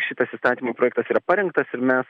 šitas įstatymo projektas yra parengtas ir mes